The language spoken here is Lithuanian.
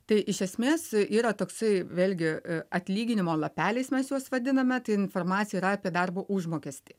tai iš esmės yra toksai vėlgi atlyginimo lapeliais mes juos vadiname tai informacija yra apie darbo užmokestį